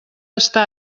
està